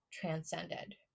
transcended